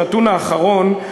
הנתון האחרון,